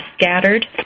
scattered